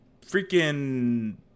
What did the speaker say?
freaking